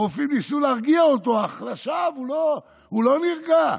הרופאים ניסו להרגיע אותו אך לשווא, הוא לא נרגע.